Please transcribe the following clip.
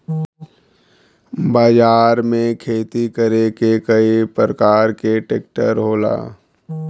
बाजार में खेती करे के कई परकार के ट्रेक्टर होला